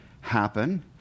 happen